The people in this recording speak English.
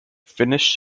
finished